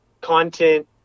content